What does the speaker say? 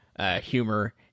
humor